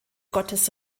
gottes